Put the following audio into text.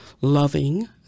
loving